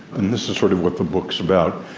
and this is sort of what the book's about,